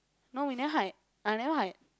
no we never hide I never hide